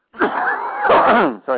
sorry